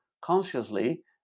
consciously